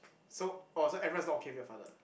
so orh so everyone is not okay with your father